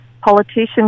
Politicians